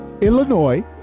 Illinois